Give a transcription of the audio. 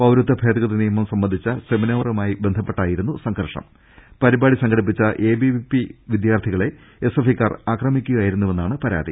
പൌരത്വഭേദ്ഗതി നിയമ്പ് സംബന്ധിച്ച സെമിനാറുമായി ബന്ധപ്പെട്ടായിരുന്നു സംഘർഷം പരിപാടി സംഘ ടിപ്പിച്ച എബിവിപി വിദ്യാർത്ഥികളെ എസ്എഫ്ഐ ക്കാർ ആക്രമി ക്കുകയായിരുന്നുവെന്നാണ് പരാതി